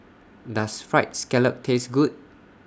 Does Fried Scallop Taste Good